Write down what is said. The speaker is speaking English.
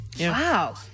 Wow